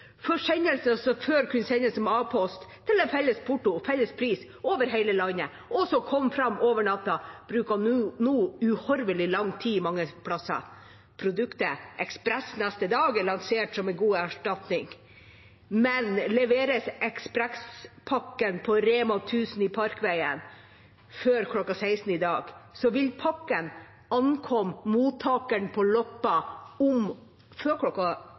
Forsendelser som før kunne sendes som A-post, følge felles porto og felles pris over hele landet, og som kom fram over natta, bruker nå uhorvelig lang tid mange steder. Produktet «Ekspress neste dag» er lansert som en god erstatning, men leveres ekspresspakka på Rema 1000 i Parkveien før kl. 16 i dag, vil pakka ankomme mottakeren på Loppa før kl. 16 – men om